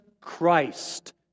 Christ